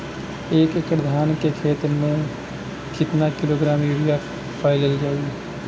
एक एकड़ धान के खेत में क किलोग्राम यूरिया फैकल जाई?